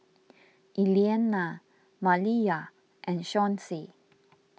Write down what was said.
Elianna Maliyah and Chauncy